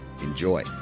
Enjoy